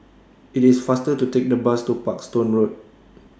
IT IS faster to Take The Bus to Parkstone Road